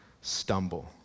stumble